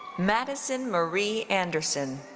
madison marie anderson.